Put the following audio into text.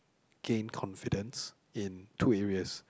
gain confidence in two areas